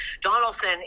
Donaldson